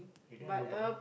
you don't have lobang